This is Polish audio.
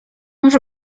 masz